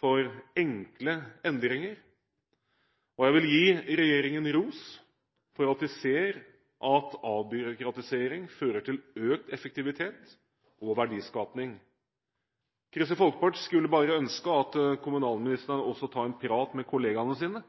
for enkle endringer? Jeg vil gi regjeringen ros for at den ser at avbyråkratisering fører til økt effektivitet og verdiskapning. Kristelig Folkeparti skulle bare ønske at kommunalministeren også tar en prat med kollegene sine,